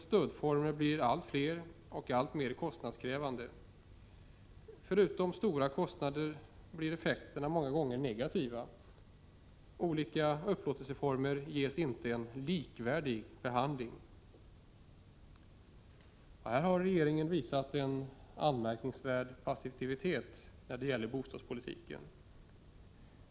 Stödformerna blir allt fler och alltmer kostnadskrävande. Förutom stora kostnader uppstår många gånger andra negativa effekter. Olika upplåtelseformer ges inte en likvärdig behandling. Regeringen har visat en anmärkningsvärd passivitet när det gäller bostadspolitiken.